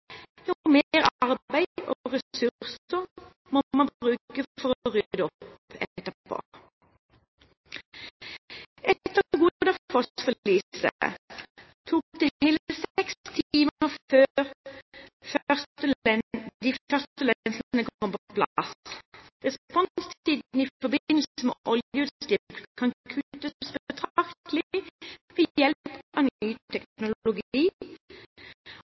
jo mer arbeid og ressurser må man bruke for å rydde opp etterpå. Etter «Godafoss»-forliset tok det hele seks timer før de første lensene kom på plass. Responstiden i forbindelse med oljeutslipp kan kuttes betraktelig ved hjelp av ny teknologi.